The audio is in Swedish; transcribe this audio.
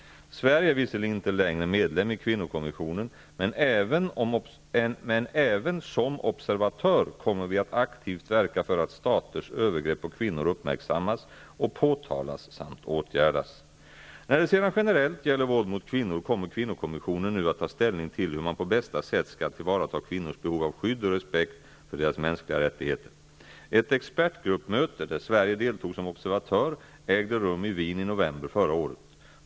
Sverige är visserligen inte längre medlem i kvinnokommissionen, men även som observatör kommer vi att aktivt verka för att staters övergrepp på kvinnor uppmärksammas och påtalas samt åtgärdas. När det sedan generellt gäller våld mot kvinnor kommer kvinnokommissionen nu att ta ställning till hur man på bästa sätt skall tillvarata kvinnors behov av skydd och respekt för deras mänskliga rättigheter. Ett expertgruppsmöte, där Sverige deltog som observatör, ägde rum i Wien i november förra året.